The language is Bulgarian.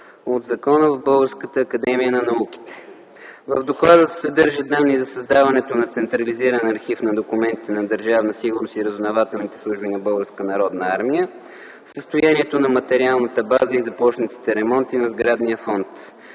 от закона - Българската академия на науките. В доклада се съдържат данни за създаването на централизиран архив на документите на Държавна сигурност и разузнавателните служби на Българската народна армия, състоянието на материалната база и започнатите ремонти на сградния фонд.